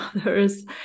others